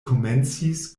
komencis